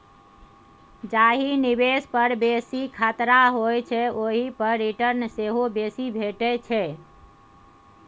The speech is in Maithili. जाहि निबेश पर बेसी खतरा होइ छै ओहि पर रिटर्न सेहो बेसी भेटै छै